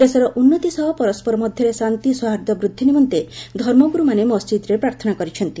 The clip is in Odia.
ଦେଶର ଉନ୍ନତି ସହ ପରସ୍କର ମଧ୍ୟରେ ଶାନ୍ତି ସୌହାର୍ଦ୍ଧ୍ୟବୃଦ୍ଧି ନିମନ୍ତେ ଧର୍ମଗୁରୁ ମାନେ ମସ୍ଜିଦ୍ରେ ପ୍ରାର୍ଥନା କରିଛନ୍ତି